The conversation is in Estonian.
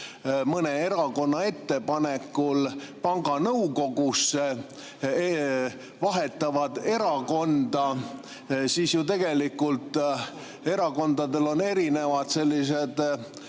mõne erakonna ettepanekul panga nõukogusse, vahetavad erakonda. Tegelikult erakondadel on erinevad fiskaalsed